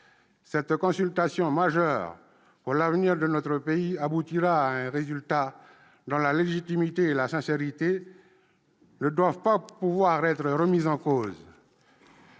Cette consultation majeure pour l'avenir de notre pays aboutira à un résultat, dont ni la légitimité ni la sincérité ne doivent pouvoir être remises en cause.